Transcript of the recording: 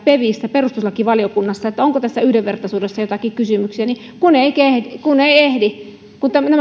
perustuslakivaliokunnassa onko tässä yhdenvertaisuudessa joitakin kysymyksiä niin kun ei ehdi kun